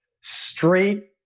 straight